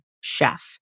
chef